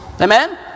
Amen